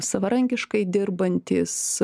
savarankiškai dirbantys